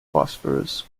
phosphorus